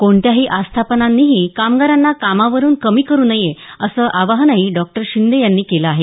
कोणत्याही आस्थापनांनीही कामगारांना कामावरून कमी करू नये असं आवाहनही डॉ शिंदे यांनी केलं आहे